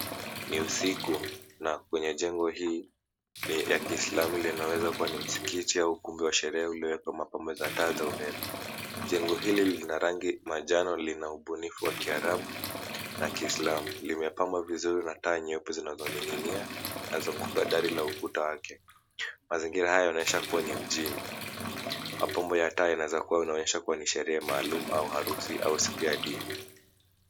Ni usiku na kwenye jengo hii ya kiislamu inaweza kua ni msikiti au ukumbi wa sherehe uliowekwa mapambo za taa za sherehe. Jengo hili lina rangi manjano lina ubunifu wa kiarabu na kiislamu. Limepambwa vizuri na taa nyeupe zinazoning'inia na kuzunguka dari la ukuta wake. Mazingira hayo yanaonyesha kua ni mjini. Mapambo ya taa yanawezakua yanaonyesha kua ni sherehe maalum au harusi au siku ya dini.